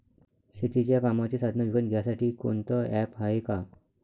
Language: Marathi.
शेतीच्या कामाचे साधनं विकत घ्यासाठी कोनतं ॲप हाये का?